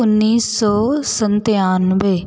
उन्नीस सौ सत्तानवे